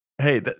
hey